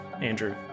Andrew